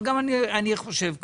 אבל גם אני חושב כך.